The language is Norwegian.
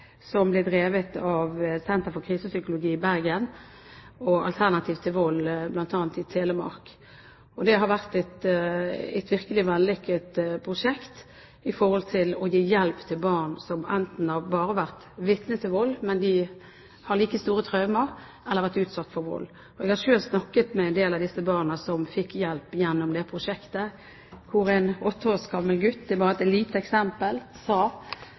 som ble drevet av Senter for Krisepsykologi i Bergen og Alternativ til Vold, bl.a. i Telemark, har vært et virkelig vellykket prosjekt for å gi hjelp til barn som enten bare har vært vitne til vold, men som har like store traumer, eller til barn som har vært utsatt for vold. Jeg har selv snakket med en del av de barna som fikk hjelp gjennom det prosjektet. En åtte år gammel gutt, som et lite eksempel, sa